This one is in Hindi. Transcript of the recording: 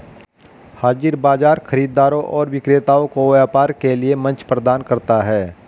हाज़िर बाजार खरीदारों और विक्रेताओं को व्यापार के लिए मंच प्रदान करता है